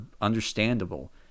understandable